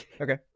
Okay